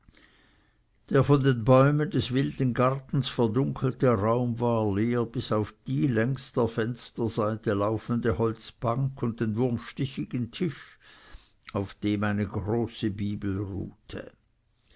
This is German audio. der von den bäumen des wilden gartens verdunkelte raum war leer bis auf die längs der fensterseite laufende holzbank und den wurmstichigen tisch auf dem eine große bibel ruhte